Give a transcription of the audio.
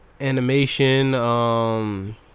animation